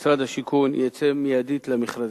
משרד השיכון יצא מייד למכרזים.